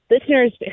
listeners